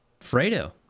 Fredo